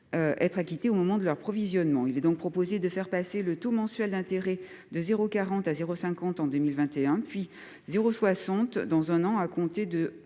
être acquittées au moment de leur provisionnement. Il est donc proposé de faire passer le taux mensuel d'intérêt de 0,40 % à 0,50 % en 2021, puis à 0,60 % à compter de